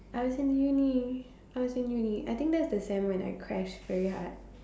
I was in Uni I was in Uni I think that is the sem when I crashed very hard